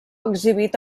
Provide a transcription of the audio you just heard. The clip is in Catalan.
exhibit